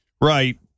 Right